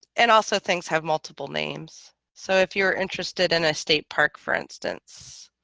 and also things have multiple names so if you're interested in a state park for instance